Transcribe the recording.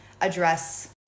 address